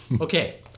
Okay